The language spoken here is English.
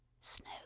Snow